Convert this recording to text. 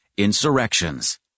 insurrections